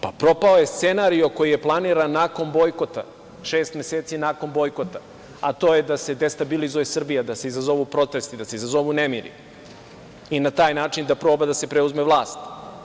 Propao je scenario koji je planiran nakon bojkota, šest meseci nakon bojkota, a to je da se destabilizuje Srbija, da se izazovu protesti, da se izazovu nemiri i na taj način da proba da se preuzme vlast.